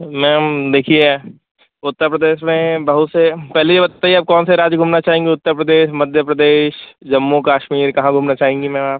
ma'am देखिए उत्तर प्रदेश में बहुत से पहले ये बताइए आप कौन से राज्य घूमना चाहेंगी उत्तर प्रदेश मध्य प्रदेश जम्मू कश्मीर कहाँ घूमना चाहेंगी मैम आप